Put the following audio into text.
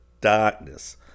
darkness